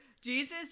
Jesus